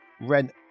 rent